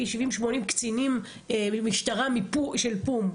80-70 קציני משטרה מפו"מ.